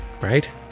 right